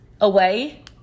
away